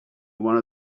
one